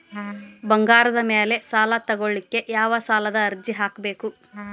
ಬಂಗಾರದ ಮ್ಯಾಲೆ ಸಾಲಾ ತಗೋಳಿಕ್ಕೆ ಯಾವ ಸಾಲದ ಅರ್ಜಿ ಹಾಕ್ಬೇಕು?